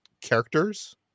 characters